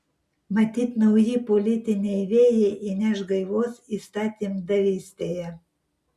matyt nauji politiniai vėjai įneš gaivos įstatymdavystėje